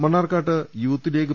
Mannarkkad youth league